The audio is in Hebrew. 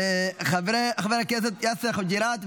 חבר הכנסת יאסר חוג'יראת,